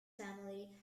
family